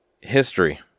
History